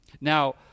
Now